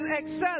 excel